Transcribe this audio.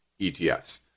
ETFs